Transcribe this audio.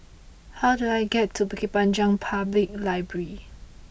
how do I get to Bukit Panjang Public Library